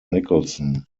nicholson